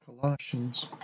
Colossians